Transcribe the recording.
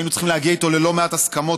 שהיינו צריכים להגיע איתו ללא מעט הסכמות,